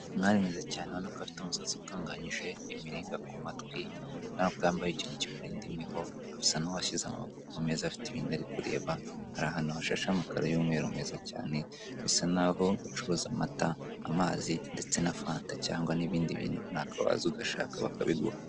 Umwari mwiza cyane urabona ko afite umusatsi utunganyije, imiringa ku matwi, urabona ko yambaye ikintu kimurinda imiho, asa n'uwashyize amaboko ku meza afite ibindi ari kureba, ari ahantu hashashe amakaro y'umweru meza cyane, bisa naho bacuruza amata, amazi ndetse na fanta cyangwa n'ibindi bintu runaka waza ugashaka bakabiguha.